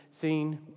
seen